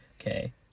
Okay